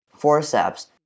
forceps